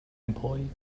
employee